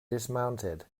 dismounted